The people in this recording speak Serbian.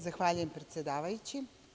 Zahvaljujem, predsedavajući.